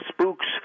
spooks